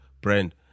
brand